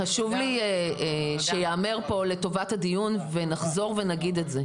חשוב לי שייאמר פה לטובת הדיון ונחזור ונגיד את זה,